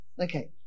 Okay